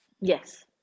Yes